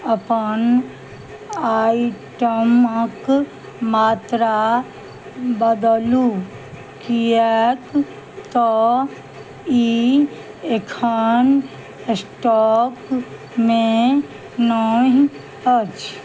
अपन आइटमक मात्रा बदलू किएक तऽ ई एखन स्टॉकमे नहि अछि